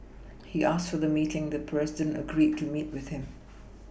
he asked for the meeting the president agreed to meet with him